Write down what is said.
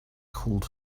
called